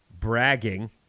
bragging